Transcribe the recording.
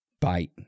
bite